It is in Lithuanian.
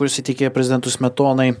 kurias įteikė prezidentui smetonai